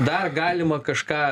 dar galima kažką